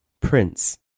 Prince